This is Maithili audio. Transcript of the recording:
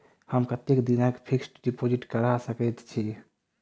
हम कतेक दिनक फिक्स्ड डिपोजिट करा सकैत छी?